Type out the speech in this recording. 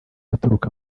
aturuka